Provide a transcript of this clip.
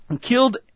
killed